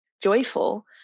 joyful